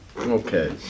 Okay